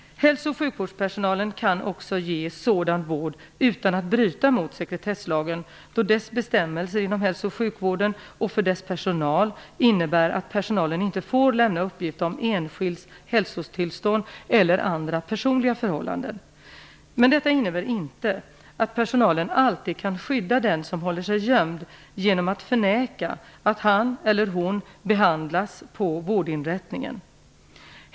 Hälso och sjukvårdspersonalen kan också ge sådan vård utan att bryta mot sekretesslagen, då dess bestämmelser inom hälso och sjukvården och för dess personal innebär att personalen inte får lämna uppgift om enskilds hälsotillstånd eller andra personliga förhållanden. Men detta innebär inte att personalen alltid kan skydda den som håller sig gömd genom att förneka att han eller hon behandlas på vårdinrättningen.